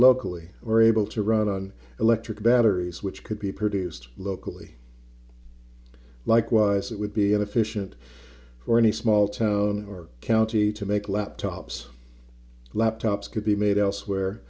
locally or able to run on electric batteries which could be produced locally likewise it would be inefficient for any small town or county to make laptops laptops could be made elsewhere